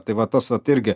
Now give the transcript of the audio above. tai va tas vat irgi